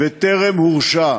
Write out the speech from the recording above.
וטרם הורשע,